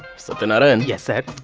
satya narayan, yes, sir,